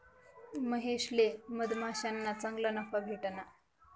महेशले मधमाश्याना चांगला नफा भेटना